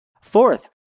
Fourth